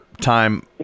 time